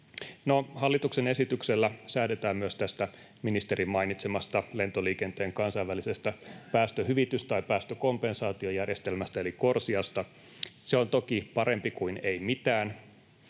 Hallituksen esityksellä säädetään myös tästä ministerin mainitsemasta lentoliikenteen kansainvälisestä päästöhyvitys- tai päästökompensaatiojärjestelmästä eli CORSIAsta. Se on toki parempi kuin ei mitään,